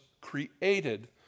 created